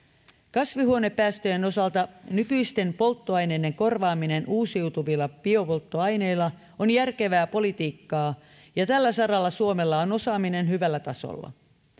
kasvihuonepäästöjen osalta nykyisten polttoaineiden korvaaminen uusiutuvilla biopolttoaineilla on järkevää politiikkaa ja tällä saralla suomella on osaaminen hyvällä tasolla